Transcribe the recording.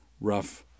rough